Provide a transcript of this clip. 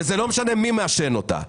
וזה לא משנה מי מעשן אותה.